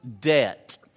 debt